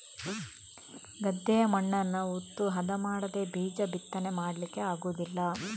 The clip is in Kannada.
ಗದ್ದೆಯ ಮಣ್ಣನ್ನ ಉತ್ತು ಹದ ಮಾಡದೇ ಬೀಜ ಬಿತ್ತನೆ ಮಾಡ್ಲಿಕ್ಕೆ ಆಗುದಿಲ್ಲ